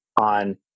on